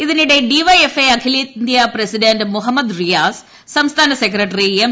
ഇതിനിടെ ഡിവൈഎഫ്ഐ അഖിലേന്ത്യാ പ്രസിഡന്റ് മുഹമ്മദ് റിയാസ് സംസ്ഥാന സെക്രട്ടറി എം